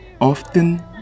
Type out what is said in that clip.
often